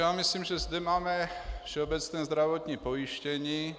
Já myslím, že zde máme všeobecné zdravotní pojištění.